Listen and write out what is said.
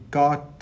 got